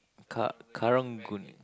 ka~ karang-guni